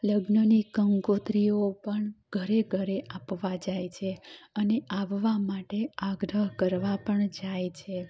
લગ્નની કંકોત્રીઓ પણ ઘરે ઘરે આપવા જાય છે અને આવવા માટે આગ્રહ કરવા પણ જાય છે